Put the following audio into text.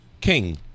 King